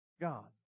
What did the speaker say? God